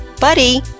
Buddy